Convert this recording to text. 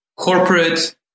corporate